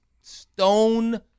stone